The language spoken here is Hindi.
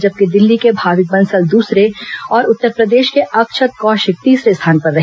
जबकि दिल्ली के भाविक बंसल उत्तरप्रदेश के अक्षत कौशिक तीसरे स्थान पर रहे